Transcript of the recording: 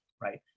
Right